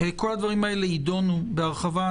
כל הדברים האלה יידונו בהרחבה.